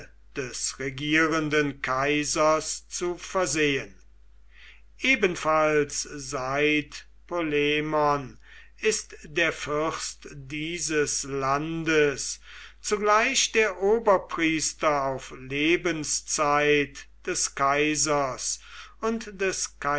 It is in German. des regierenden kaisers zu versehen ebenfalls seit polemon ist der fürst dieses landes zugleich der oberpriester auf lebenszeit des kaisers und des